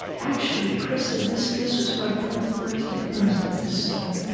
actually, krista, this this was my fourth birthday present, this story.